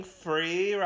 free